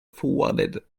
forwarded